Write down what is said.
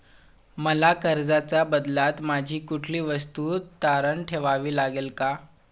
मला कर्जाच्या बदल्यात माझी कुठली वस्तू तारण ठेवावी लागेल का?